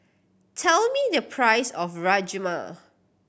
tell me the price of Rajma